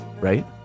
right